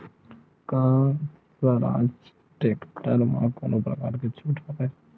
का स्वराज टेक्टर म कोनो प्रकार के छूट हवय?